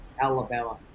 Alabama